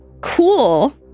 Cool